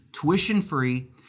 tuition-free